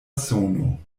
sono